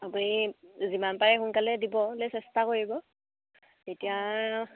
আপুনি যিমান পাৰে সোনকালে দিবলে চেষ্টা কৰিব তেতিয়া